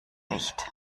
licht